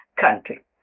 country